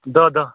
دہ دہ